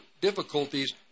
difficulties